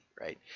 right